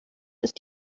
ist